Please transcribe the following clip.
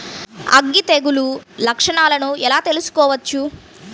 అగ్గి తెగులు లక్షణాలను ఎలా తెలుసుకోవచ్చు?